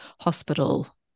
hospital